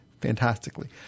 fantastically